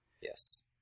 Yes